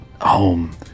home